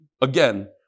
again